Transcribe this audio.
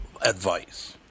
advice